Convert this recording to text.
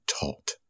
taught